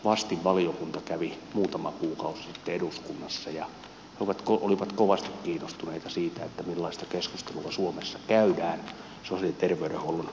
norjan vastinvaliokunta kävi muutama kuukausi sitten eduskunnassa ja he olivat kovasti kiinnostuneita siitä millaista keskustelua suomessa käydään sosiaali ja terveydenhuollon uudistamisen osalta